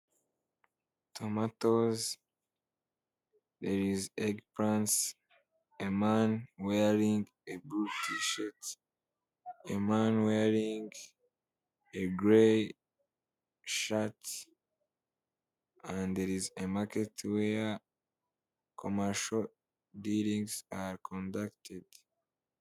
tomatoes thereis eggprince aman wearing a Blue Tshat eman warining egray shat and thereis amarket wear commercial delings are conducted